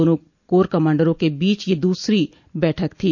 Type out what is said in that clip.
दोनों कोर कमांडरों के बीच ये दूसरी बैठक थी